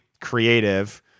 creative